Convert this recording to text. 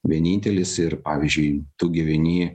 vienintelis ir pavyzdžiui tu gyveni